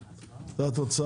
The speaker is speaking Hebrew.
ההסתייגויות?